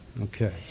Okay